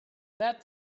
that